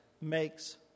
makes